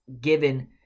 given